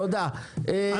תודה,